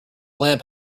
lamp